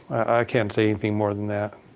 can't say anything more than that.